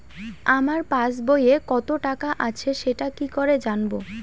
আমার পাসবইয়ে কত টাকা আছে সেটা কি করে জানবো?